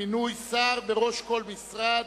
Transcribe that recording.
מינוי שר בראש כל משרד),